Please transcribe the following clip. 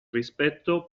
rispetto